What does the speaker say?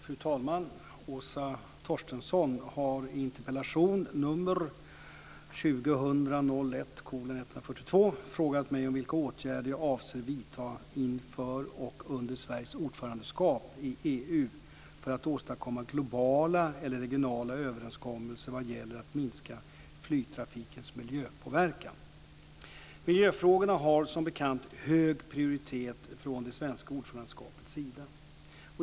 Fru talman! Åsa Torstensson har i interpellation 2000/01:142 frågat mig om vilka åtgärder jag avser vidta inför och under Sveriges ordförandeskap i EU för att åstadkomma globala eller regionala överenskommelser vad gäller att minska flygtrafikens miljöpåverkan. Miljöfrågorna har som bekant hög prioritet från det svenska ordförandeskapets sida.